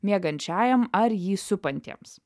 miegančiajam ar jį supantiems